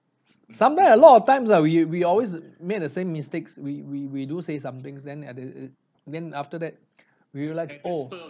sometime a lot of times ah we we always make the same mistakes we we we do say somethings then at the ugh then after that we realized oh